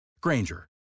Granger